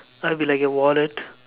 I would be like a wallet